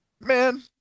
man